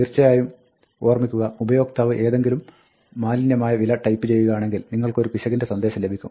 തീർച്ചയായും ഓർമ്മിക്കുക ഉപയോക്താവ് ഏതെങ്കിലും മാലിന്യമായ വില ടൈപ്പ് ചെയ്യുകയാണെങ്കിൽ നിങ്ങൾക്കൊരു പിശകിന്റെ സന്ദേശം ലഭിക്കും